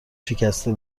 شکسته